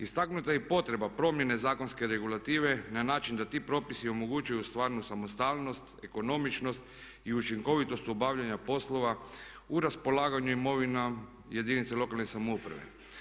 Istaknuta je i potreba promjene zakonske regulative na način da ti propisi omogućuju stvarnu samostalnost, ekonomičnost i učinkovitost obavljanja poslova u raspolaganju imovinom jedinice lokalne samouprave.